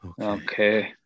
Okay